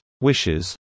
wishes